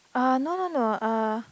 uh no no no uh